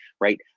right